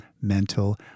mental